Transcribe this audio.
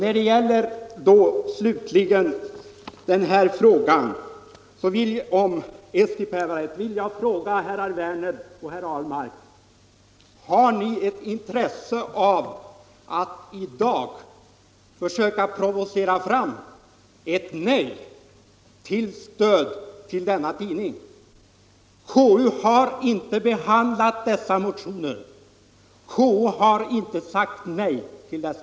Beträffande Eesti Päevaleht vill jag fråga herrar Werner i Malmö och Ahlmark: Har ni ett intresse av att i dag försöka provocera fram ett nej till stöd åt denna tidning? Konstitutionsutskottet har inte behandlat dessa motioner och har inte sagt nej till dem.